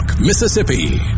Mississippi